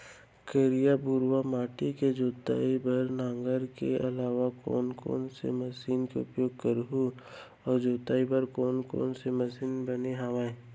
करिया, भुरवा माटी के जोताई बर नांगर के अलावा कोन कोन से मशीन के उपयोग करहुं अऊ जोताई बर कोन कोन से मशीन बने हावे?